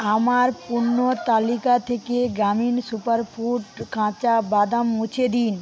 আমার পণ্য তালিকা থেকে গ্রামি সুপারফুড কাঁচা বাদাম মুছে দিন